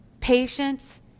patience